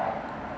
Chia Te